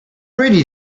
rainy